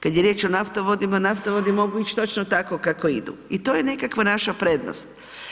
Kad je riječ o naftovodima, naftovodi mogu ić točno tako kako idu i to je nekakva naša prednost.